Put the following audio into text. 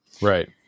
Right